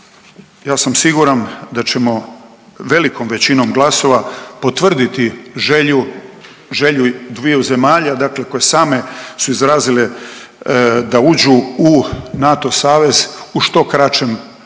ja sam siguran da ćemo velikom većinom glasova potvrditi želju, želju dviju zemalja dakle koje same su izrazile da uđu u NATO savez u što kraćem roku,